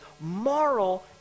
moral